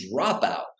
dropout